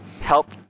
help